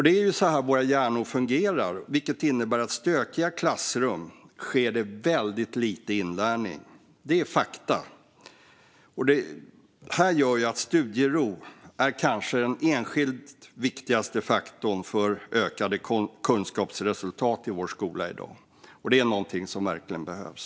Det är så våra hjärnor fungerar, vilket innebär att i stökiga klassrum sker det mycket lite inlärning. Det är fakta. Studiero är den enskilt viktigaste faktorn för ökade kunskapsresultat i skolan i dag, och det är något som verkligen behövs.